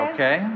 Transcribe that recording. Okay